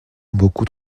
beaucoup